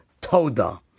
Toda